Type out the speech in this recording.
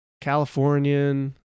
Californian